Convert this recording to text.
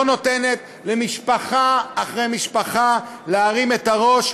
נותנת למשפחה אחרי משפחה להרים את הראש,